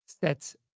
sets